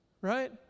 right